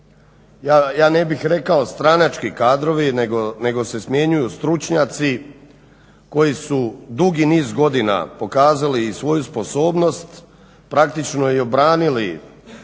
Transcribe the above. ja ne bih rekao stranački kadrovi nego se smjenjuju stručnjaci koji su dugi niz godina pokazali i svoju sposobnost, praktično i obranili